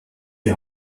die